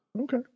Okay